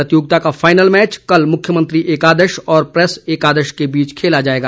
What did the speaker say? प्रतियोगिता का final match कल मुख्यमंत्री एकादश और प्रैस एकादश के बीच खेला जाएगा